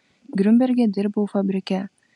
griunberge dirbau fabrike